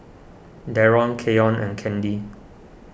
Darron Keyon and Candy